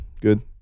good